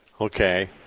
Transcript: Okay